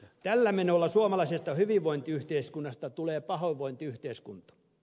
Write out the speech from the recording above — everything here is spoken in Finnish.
tällä menolla suomalaisesta hyvinvointiyhteiskunnasta tulee pahoinvointiyhteiskunta